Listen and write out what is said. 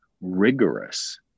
rigorous